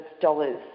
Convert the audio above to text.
dollars